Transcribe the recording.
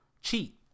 cheat